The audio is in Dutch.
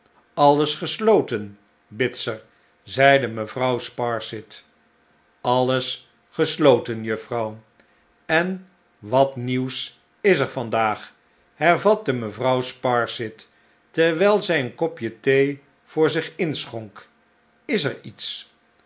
alles gesloten bitzer zeide mevrouw sparsit alles gesloten juffrouw en wat nieuws is er vandaag hervatte mevrouw sparsit terwijl zij een kop thee voor zich inschonk is er iets